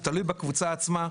זה תלוי בקבוצה עצמה.